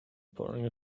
pouring